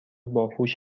باهوش